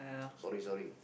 sorry sorry